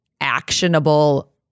actionable